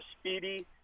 speedy